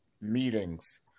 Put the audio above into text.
meetings